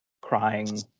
crying